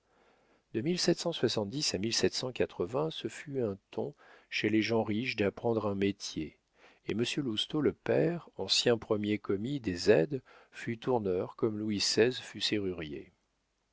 de à ce fut un ton chez les gens riches d'apprendre un métier et monsieur lousteau le père ancien premier commis des aides fut tourneur comme louis xvi fut serrurier